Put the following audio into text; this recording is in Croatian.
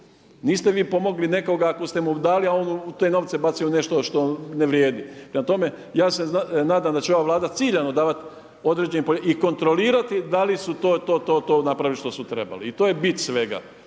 Niste vi pomogli nekoga ako ste mu dali, a on te novce baci u nešto što ne vrijedi. Prema tome, ja se nadam da će ova Vlada ciljano davati određeni i kontrolirati da li su to, to, to i to napravili što su trebali i to je bit svega.